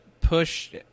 push